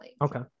Okay